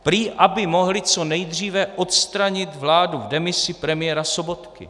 Prý aby mohli co nejdříve odstranit vládu v demisi premiéra Sobotky.